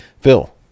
Phil